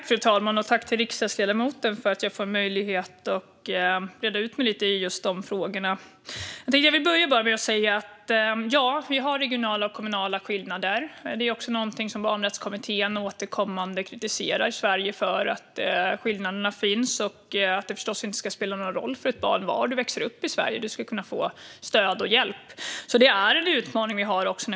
Fru talman! Jag vill tacka riksdagsledamoten för att jag får möjlighet att reda ut just de frågorna lite. Ja, vi har regionala och kommunala skillnader. Det är också något som barnrättskommittén återkommande kritiserar Sverige för. Det ska förstås inte spela någon roll för ett barn var i Sverige man växer upp. Man ska kunna få stöd och hjälp. Det är en utmaning vi har.